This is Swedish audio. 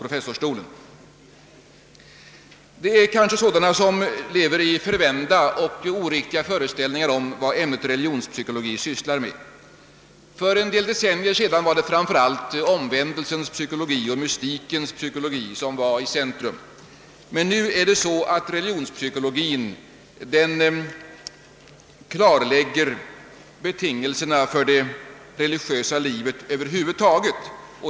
Det finns kanske en del förvända och oriktiga föreställningar om vad det är man sysslar med i ämnet religionspsykologi. För en del decennier sedan var det framför allt omvändelsens och mystikens psykologi som stod i centrum. Numera söker religionspsykologien klarlägga betingelserna för det religiösa livet över huvud taget.